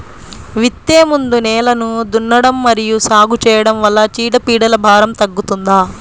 విత్తే ముందు నేలను దున్నడం మరియు సాగు చేయడం వల్ల చీడపీడల భారం తగ్గుతుందా?